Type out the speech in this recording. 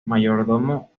mayordomo